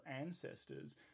ancestors